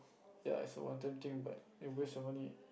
ya so one thing bad it waste your money